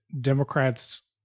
Democrats